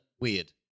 weird